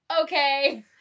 Okay